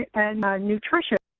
and nutrition